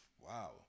Wow